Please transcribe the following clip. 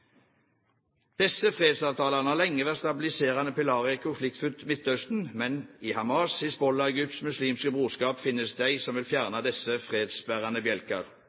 Disse fredsavtalene har lenge vært stabiliserende pilarer i et konfliktfylt Midtøsten. Men i Hamas, Hizbollah og Egypts muslimske brorskap finnes de som vil fjerne disse fredsbærende bjelker.